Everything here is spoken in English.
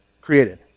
created